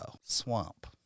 Swamp